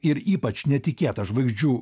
ir ypač netikėta žvaigždžių